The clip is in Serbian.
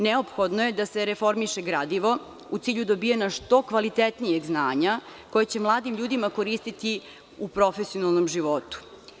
Neophodno je da se reformiše gradivo u cilju dobijanja što kvalitetnijeg znanja, koje će mladim ljudima koristiti u profesionalnom životu.